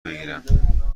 بگیرم